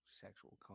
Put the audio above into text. sexual